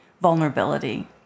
vulnerability